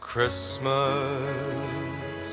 Christmas